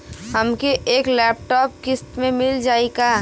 हमके एक लैपटॉप किस्त मे मिल जाई का?